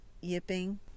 yipping